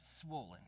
swollen